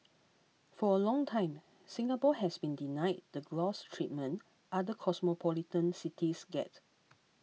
for a long time Singapore has been denied the gloss treatment other cosmopolitan cities get